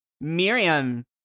Miriam